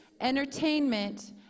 entertainment